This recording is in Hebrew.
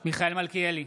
מיכאל מלכיאלי,